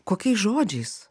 kokiais žodžiais